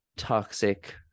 toxic